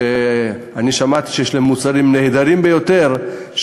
ושמעתי שיש להם מוצרים נהדרים ביותר,